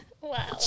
Wow